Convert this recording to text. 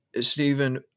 Stephen